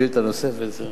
שאילתא נוספת?